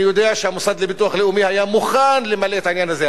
אני יודע שהמוסד לביטוח לאומי היה מוכן למלא את העניין הזה,